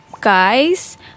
guys